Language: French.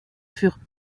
furent